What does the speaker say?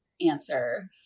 answer